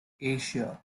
asia